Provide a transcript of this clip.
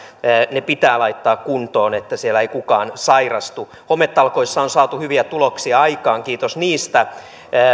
ne pitää laittaa kuntoon että siellä ei kukaan sairastu hometalkoissa on saatu hyviä tuloksia aikaan kiitos niistä